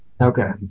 Okay